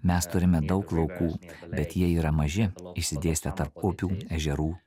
mes turime daug laukų bet jie yra maži išsidėstę tarp upių ežerų